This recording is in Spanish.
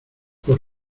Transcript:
por